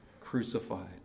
crucified